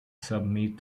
submit